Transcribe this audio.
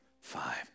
five